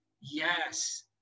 yes